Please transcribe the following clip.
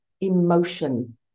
emotion